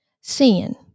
sin